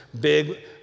big